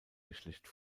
geschlecht